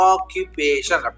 Occupation